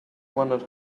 wondered